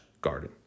garden